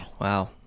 Wow